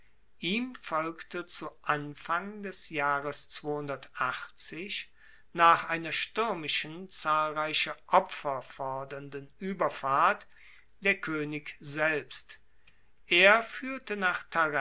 ihm folgte zu anfang des jahres nach einer stuermischen zahlreiche opfer fordernden ueberfahrt der koenig selbst er fuehrte nach